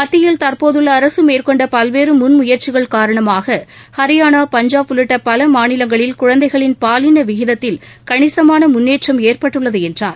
மத்தியில் தற்போதுள்ள அரசு மேற்கொண்ட பல்வேறு முன் முயற்சிகள் காரணமாக ஹரியானா பஞ்சாப் உள்ளிட்ட பல மாநிலங்களில் குழந்தைகளின் பாலின விகிதத்தில் கணிசமான முன்னேற்றம் ஏற்பட்டுள்ளது என்றார்